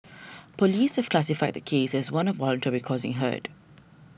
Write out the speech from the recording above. police have classified the case as one of voluntarily causing hurt